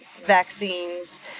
vaccines